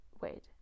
Wait